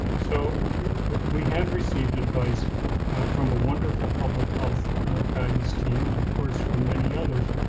so we have received advice from a wonderful public health guidance team and, of course, from many others,